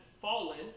fallen